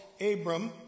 Abram